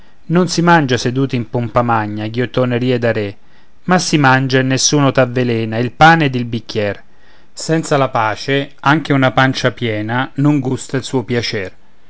non si mangia seduti in pompa magna ghiottonerie da re ma si mangia e nessuno t'avvelena il pane ed il bicchier senza la pace anche una pancia piena non gusta il suo piacer